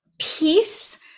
peace